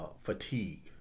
fatigue